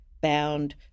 bound